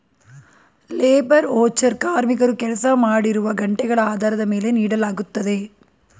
labour voucher ಕಾರ್ಮಿಕರು ಕೆಲಸ ಮಾಡಿರುವ ಗಂಟೆಗಳ ಆಧಾರದ ಮೇಲೆ ನೀಡಲಾಗುತ್ತದೆ